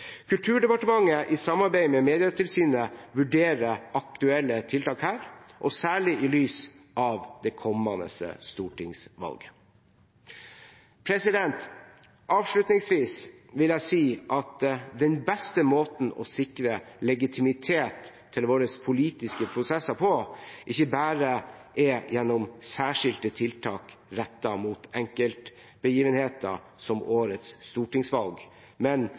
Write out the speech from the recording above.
Kulturdepartementet i samarbeid med Medietilsynet vurderer aktuelle tiltak her, og særlig i lys av det kommende stortingsvalget. Avslutningsvis vil jeg si at den beste måten å sikre legitimitet til våre politiske prosesser på ikke bare er gjennom særskilte tiltak rettet mot enkeltbegivenheter som årets stortingsvalg, men